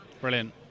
Brilliant